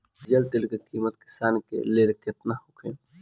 Diesel तेल के किमत किसान के लेल केतना होखे?